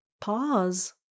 pause